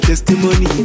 Testimony